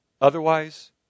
otherwise